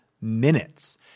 minutes